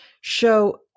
show